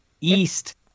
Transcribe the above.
East